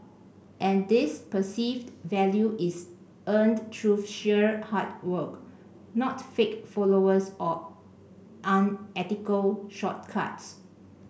and this perceived value is earned through sheer hard work not fake followers or unethical shortcuts